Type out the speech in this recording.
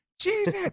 jesus